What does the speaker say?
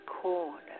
corner